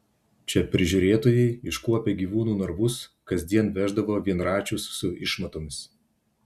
čia prižiūrėtojai iškuopę gyvūnų narvus kasdien veždavo vienračius su išmatomis